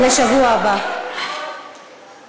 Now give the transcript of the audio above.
שבוע הבא, אוקיי.